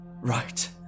Right